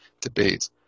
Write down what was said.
debate